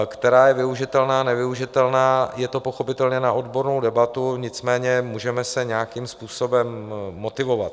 Která je využitelná, nevyužitelná, je to pochopitelně na odbornou debatu, nicméně můžeme se nějakým způsobem motivovat.